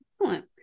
Excellent